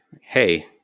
hey